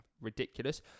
Ridiculous